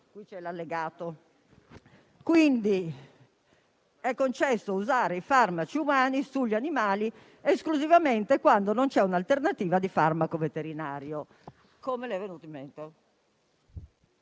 (qui c'è l'allegato), quindi è concesso usare i farmaci umani sugli animali esclusivamente quando non c'è un'alternativa di farmaco veterinario: come le è venuto in mente?